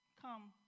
come